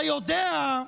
אתה יודע,